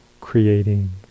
creating